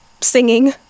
singing